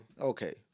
Okay